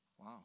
Wow